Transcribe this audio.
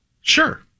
Sure